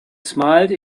smiled